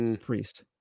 Priest